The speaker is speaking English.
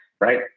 right